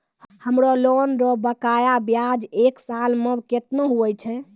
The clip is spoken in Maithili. हमरो लोन रो बकाया ब्याज एक साल मे केतना हुवै छै?